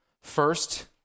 First